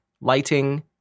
lighting